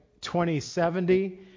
2070